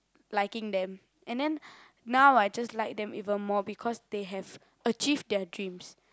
liking them and then now I just like them even more because they have achieved their dreams